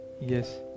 yes